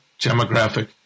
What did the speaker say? demographic